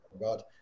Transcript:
God